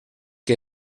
que